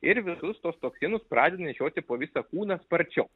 ir visus tuos toksinus pradeda nešioti po visą kūną sparčiau